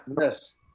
Yes